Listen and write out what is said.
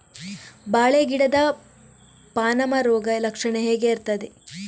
ಬಾಳೆ ಗಿಡದ ಪಾನಮ ರೋಗ ಲಕ್ಷಣ ಹೇಗೆ ಇರ್ತದೆ?